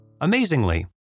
Amazingly